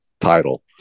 title